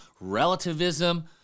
relativism